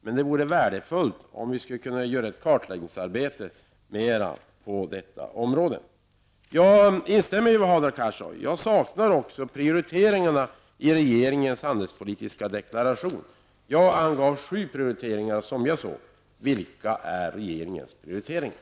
Men det vore värdefullt om ett mer omfattande kartläggningsarbete kunde göras på detta område. Jag instämmer i det Hadar Cars sade. Också jag saknar prioriteringarna i regeringens handelspolitiska deklaration. Jag angav de sju prioriteringar som jag ansåg borde göras, vilka är regeringens prioriteringar?